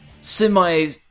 semi